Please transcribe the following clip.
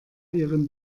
ihren